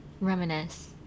Reminisce